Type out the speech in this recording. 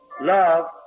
Love